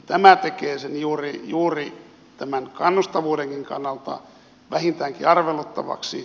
tämä tekee sen juuri tämän kannustavuudenkin kannalta vähintäänkin arveluttavaksi